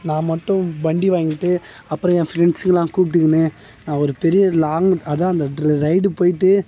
நான் மட்டும் வண்டி வாங்கிட்டு அப்புறோம் ஏன் ஃப்ரண்ட்ஸ்கெல்லாம் கூப்பிட்டுக்கின்னு நான் ஒரு பெரிய லாங்க் அதான் அந்த ட்ர ரெய்டு போயிட்டு